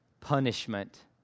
punishment